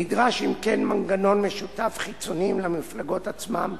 נדרש, אם כן, מנגנון משותף, חיצוני למפלגות עצמן,